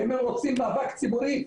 ואם הם רוצים מאבק ציבורי,